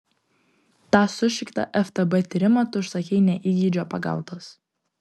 tą sušiktą ftb tyrimą tu užsakei ne įgeidžio pagautas